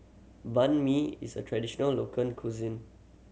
Banh Mi is a traditional local cuisine